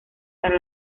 para